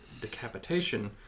decapitation